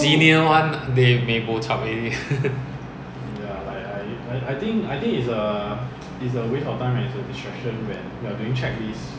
有 I don't know about the our our sims lah but